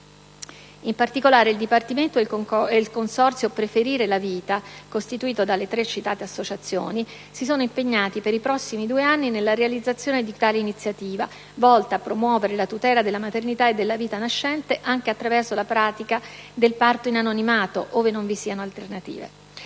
In particolare, il Dipartimento e il consorzio Preferire La Vita, costituito tra le tre citate associazioni, si sono impegnati, per i prossimi due anni, nella realizzazione di tale iniziativa, volta a promuovere la tutela della maternità e della vita nascente anche attraverso la pratica del parto in anonimato, ove non vi siano altre alternative.